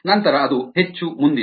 ನಂತರ ಅದು ಹೆಚ್ಚು ಮುಂದಿದೆ